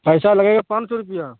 پیسہ لگے گا پان سو روپیہ